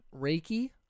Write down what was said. Reiki